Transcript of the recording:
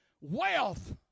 wealth